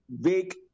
big